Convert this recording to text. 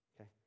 Okay